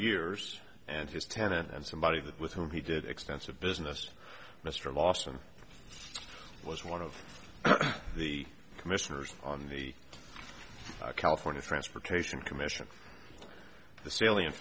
years and his tenant and somebody that with whom he did extensive business mr lawson was one of the commissioners on the california transportation commission the salient